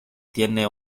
tiene